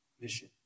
mission